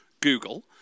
Google